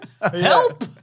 Help